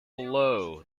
below